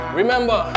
remember